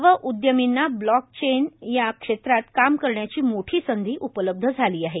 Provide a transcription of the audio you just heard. नव उदयमींना blockchain या क्षेत्रात काम करण्याची मोठी संधी उपलब्ध झाली आहे